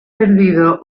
perdido